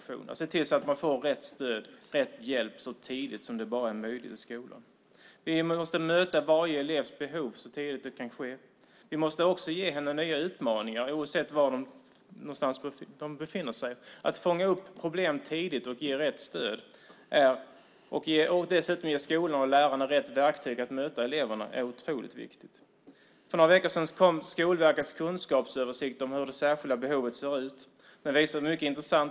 Det handlar om att se till att eleverna får rätt stöd och rätt hjälp så tidigt som det bara är möjligt i skolan. Vi måste möta varje elevs behov så tidigt som det kan ske. Vi måste också ge dem nya utmaningar oavsett var de befinner sig. Att fånga upp problem tidigt, ge rätt stöd och dessutom ge skolorna och lärarna rätt verktyg är otroligt viktigt. För några veckor sedan kom Skolverkets kunskapsöversikt över hur de särskilda behoven ser ut. Den visar någon mycket intressant.